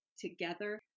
together